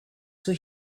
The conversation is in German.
zur